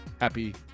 Happy